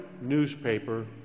newspaper